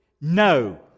No